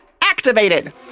activated